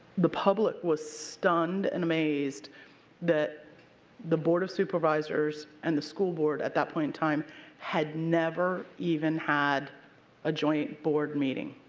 the public was stunned and amazed that the board of supervisors and the school board at that point in time had never even had a joint board meeting.